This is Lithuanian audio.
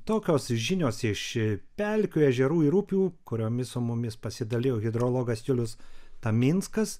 tokios žinios iš pelkių ežerų ir upių kuriomis su mumis pasidalijo hidrologas julius taminskas